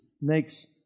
makes